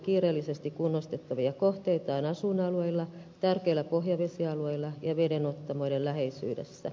kiireellisesti kunnostettavia kohteita on asuinalueilla tärkeillä pohjavesialueilla ja vedenottamoiden läheisyydessä